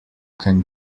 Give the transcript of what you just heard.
can